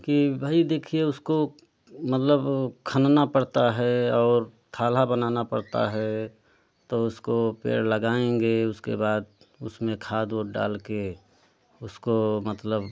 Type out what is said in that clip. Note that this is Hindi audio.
कि भाई देखिए उसको मतलब खलना पड़ता है खाला बनाना पड़ता है तो उसको पेड़ लगाएँगे उसके बाद उसमें खाद उद डाल के उसको मतलब